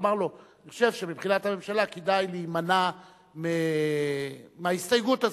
לומר לו: אני חושב שמבחינת הממשלה כדאי להימנע מההסתייגות הזאת,